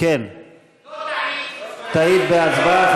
טעית בהצבעה.